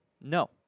No